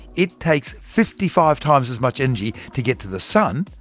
it takes fifty five times as much energy to get to the sun,